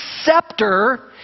scepter